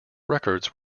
records